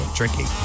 tricky